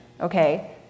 Okay